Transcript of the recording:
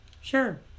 Sure